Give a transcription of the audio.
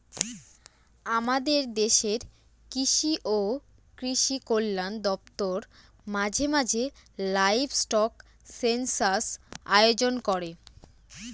আমাদের দেশের কৃষি ও কৃষি কল্যাণ দপ্তর মাঝে মাঝে লাইভস্টক সেনসাস আয়োজন করে